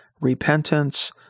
repentance